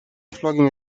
flogging